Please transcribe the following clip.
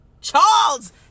Charles